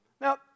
Now